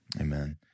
Amen